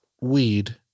Weed